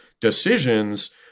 decisions